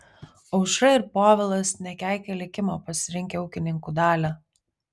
aušra ir povilas nekeikia likimo pasirinkę ūkininkų dalią